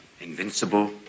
Invincible